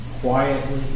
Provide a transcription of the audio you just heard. quietly